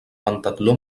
pentatló